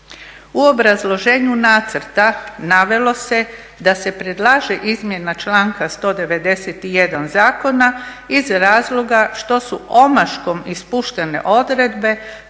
U obrazloženju nacrta navelo se da se predlaže izmjena članka 191.zakona iz razloga što su omaškom ispuštene odredbe